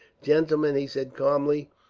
gentlemen, he said calmly,